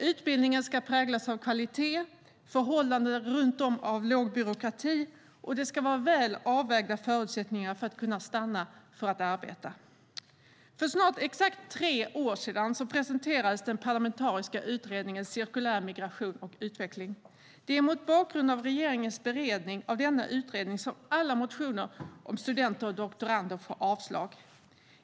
Utbildningen ska präglas av kvalitet och förhållandena runt om av låg byråkrati, och det ska vara väl avvägda förutsättningar för att kunna stanna för att arbeta. För snart exakt tre år sedan presenterades den parlamentariska utredningen Cirkulär migration och utveckling . Det är mot bakgrund av regeringens beredning av denna utredning som alla motioner om studenter och doktorander får avslag.